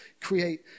create